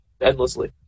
endlessly